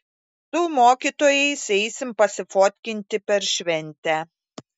su mokytojais eisim pasifotkinti per šventę